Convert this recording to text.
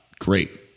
great